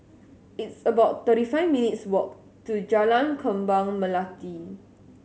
it's about thirty five minutes' walk to Jalan Kembang Melati